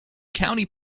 county